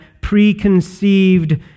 preconceived